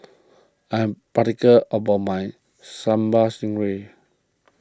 I am particular about my Sambal Stingray